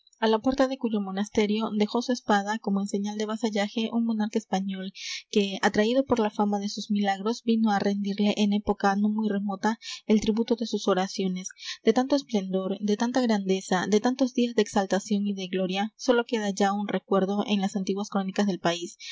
á la puerta de cuyo monasterio dejó su espada como en señal de vasallaje un monarca español que atraído por la fama de sus milagros vino á rendirle en época no muy remota el tributo de sus oraciones de tanto esplendor de tanta grandeza de tantos días de exaltación y de gloria sólo queda ya un recuerdo en las antiguas crónicas del país